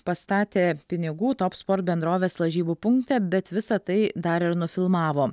pastatę pinigų top sport bendrovės lažybų punkte bet visa tai dar ir nufilmavo